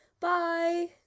Bye